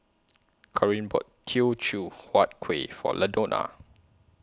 Corene bought Teochew Huat Kuih For Ladonna